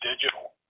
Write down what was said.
digital